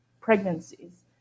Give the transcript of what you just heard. pregnancies